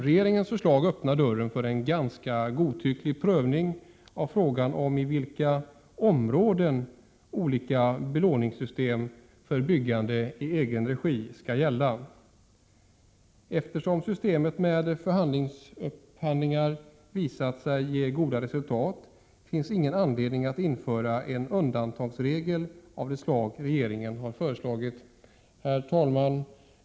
Regeringens förslag öppnar dörren för en ganska godtycklig prövning av frågan om i vilka områden olika belåningssystem för byggande i egen regi skall gälla. Eftersom systemet med förhandlingsupphandlingar har visat sig ge goda resultat finns det ingen anledning att införa en undantagsregel av det slag regeringen har föreslagit. Herr talman!